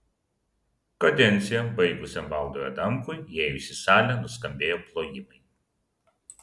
kadenciją baigusiam valdui adamkui įėjus į salę nuskambėjo plojimai